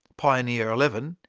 pioneer eleven,